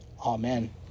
Amen